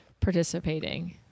participating